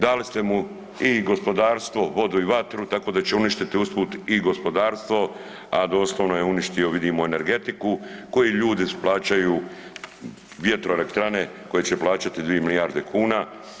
Dali ste mu i gospodarstvo, vodu i vatru tako da će uništiti uz put i gospodarstvo, a doslovno je uništio vidimo energetiku koju ljudi plaćaju vjetroelektrane koje će plaćati 2 milijarde kuna.